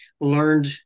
learned